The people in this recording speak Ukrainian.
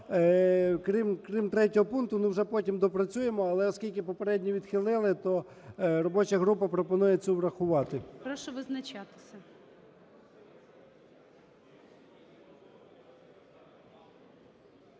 крім третього пункту, ну, вже потім доопрацюємо. Але оскільки попередню відхилили, то робоча група пропонує цю врахувати. ГОЛОВУЮЧИЙ. Прошу визначатися.